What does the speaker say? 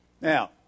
Now